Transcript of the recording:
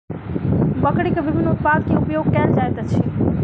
बकरीक विभिन्न उत्पाद के उपयोग कयल जाइत अछि